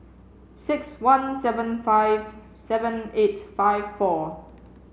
six one seven five seven eight five four